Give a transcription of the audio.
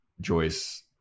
Joyce